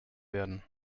werden